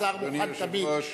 השר מוכן תמיד.